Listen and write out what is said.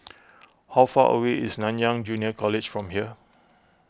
how far away is Nanyang Junior College from here